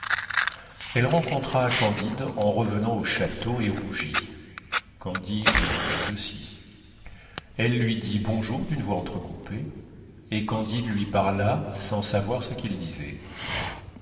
elle rencontra candide en revenant au château et rougit candide rougit aussi elle lui dit bonjour d'une voix entrecoupée et candide lui parla sans savoir ce qu'il disait